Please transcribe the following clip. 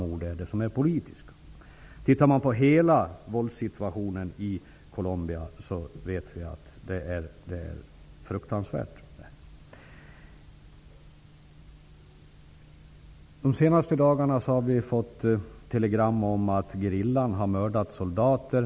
Om man ser till hela våldssituationen i Colombia är den fruktansvärd; det vet vi. De senaste dagarna har vi fått telegram om att gerillan har mördat soldater.